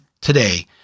today